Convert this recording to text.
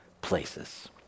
places